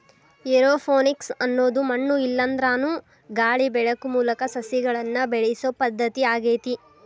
aeroponics ಅನ್ನೋದು ಮಣ್ಣು ಇಲ್ಲಾಂದ್ರನು ಗಾಳಿ ಬೆಳಕು ಮೂಲಕ ಸಸಿಗಳನ್ನ ಬೆಳಿಸೋ ಪದ್ಧತಿ ಆಗೇತಿ